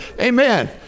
Amen